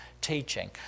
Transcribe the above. teaching